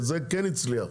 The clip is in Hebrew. וזה כן הצליח.